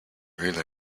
ruler